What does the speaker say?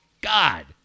God